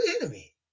enemy